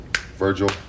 Virgil